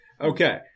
Okay